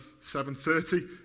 7.30